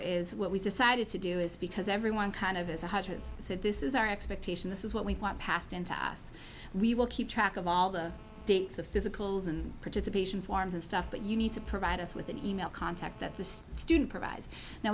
is what we decided to do is because everyone kind of is one hundred said this is our expectation this is what we want passed into us we will keep track of all the dates of physicals and participation forms and stuff but you need to provide us with an e mail contact that the student provides now